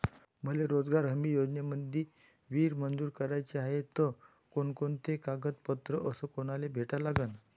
मले रोजगार हमी योजनेमंदी विहीर मंजूर कराची हाये त कोनकोनते कागदपत्र अस कोनाले भेटा लागन?